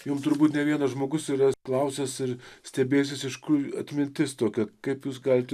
jum turbūt ne vienas žmogus yra klausęs ir stebėsis iš kur atmintis tokia kaip jūs galite